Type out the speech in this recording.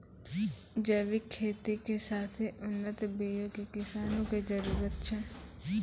जैविक खेती के साथे उन्नत बीयो के किसानो के जरुरत छै